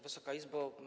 Wysoka Izbo!